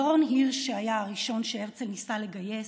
הברון הירש, שהיה הראשון שהרצל ניסה לגייס,